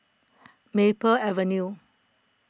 Maple Avenue